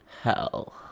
Hell